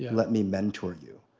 yeah let me mentor you.